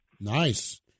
Nice